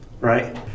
right